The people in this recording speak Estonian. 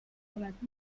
oled